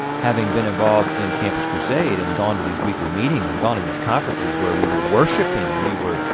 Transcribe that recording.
having been involved in campus crusade and gone to these weekly meetings and gone to and these conferences where we were worshiping and we were,